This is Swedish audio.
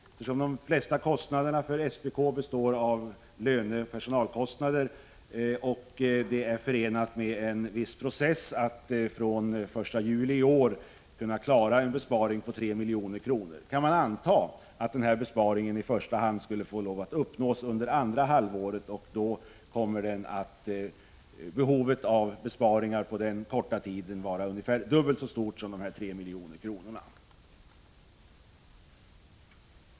Eftersom huvuddelen av SPK:s utgifter består av löneoch personalkostnader och eftersom det är förenat med en viss procedur att från den 1 juli i år kunna klara en besparing på 3 miljoner, kan man anta att besparingen i första hand skulle få lov att uppnås under andra halvåret. På den korta tiden kommer behovet av besparingar därför att utgöras av ungefär dubbelt så mycket som dessa 3 miljoner.